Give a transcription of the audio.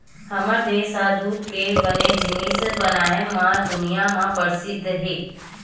हमर देस ह दूद ले बने जिनिस बनाए म दुनिया म परसिद्ध हे